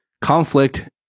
conflict